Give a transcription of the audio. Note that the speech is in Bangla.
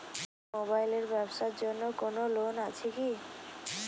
মোবাইল এর ব্যাবসার জন্য কোন লোন আছে কি?